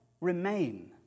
remain